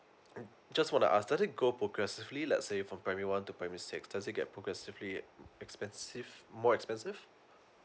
mm just for wanna ask does it go progressively let's say from primary one to primary six does it get progressively uh expensive more expensive